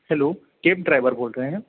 hello cab driver बोल रहे हैं